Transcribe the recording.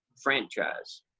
franchise